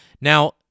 Now